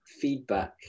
feedback